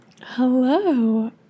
Hello